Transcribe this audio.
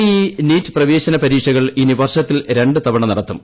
E ഇ NEET പ്രവേശന പരീക്ഷകൾ ഇനി വർഷത്തിൽ രണ്ടു തവണ നടത്തും